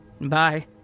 Bye